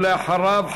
ואחריו,